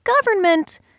government